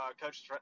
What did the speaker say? coach